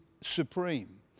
supreme